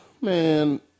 man